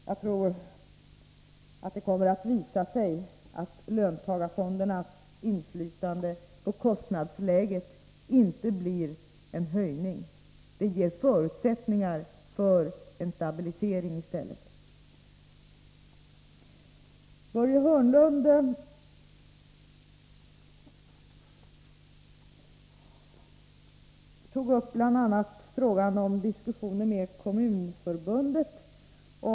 Jag tror att det kommer att visa sig att löntagarfondernas inverkan på kostnadsläget inte blir en höjning. De ger i stället förutsättningar för en stabilisering. Börje Hörnlund tog bl.a. upp frågan om diskussioner med kommunförbunden.